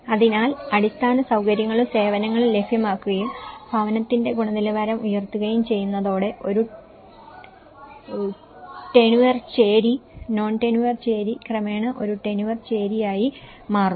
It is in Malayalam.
അതിനാൽ അടിസ്ഥാന സൌകര്യങ്ങളും സേവനങ്ങളും ലഭ്യമാക്കുകയും ഭവനത്തിന്റെ ഗുണനിലവാരം ഉയർത്തുകയും ചെയ്യുന്നതോടെ ഒരു ടേനുവർ ചേരി നോൺ ടേനുവർ ചേരി ക്രമേണ ഒരു ടേനുവർ ചേരിയായി മാറുന്നു